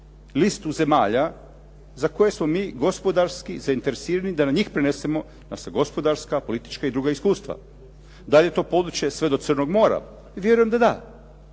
listu zemalja za koje smo mi gospodarski zainteresirani da na njih prenesemo naša gospodarska, politička i druga iskustva. Da li je to područje sve do Crnog mora? Vjerujem da da.